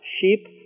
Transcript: Sheep